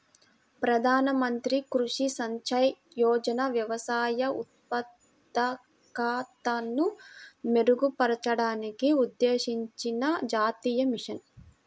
ప్రధాన మంత్రి కృషి సించాయ్ యోజన వ్యవసాయ ఉత్పాదకతను మెరుగుపరచడానికి ఉద్దేశించిన జాతీయ మిషన్